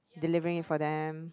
delivering for them